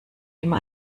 immer